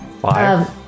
Five